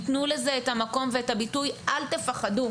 תנו לזה את המקום ואת הביטוי - אל תפחדו,